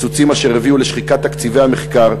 קיצוצים אשר הביאו לשחיקת תקציבי המחקר,